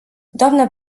doamnă